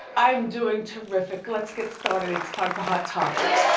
i'm doing terrific, let's get started. it's time for hot topics.